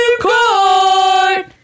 Court